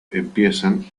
empiezan